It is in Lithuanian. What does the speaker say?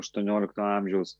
aštuoniolikto amžiaus